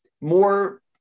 more